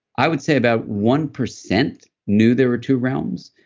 i would say about one percent knew there were two realms.